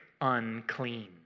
unclean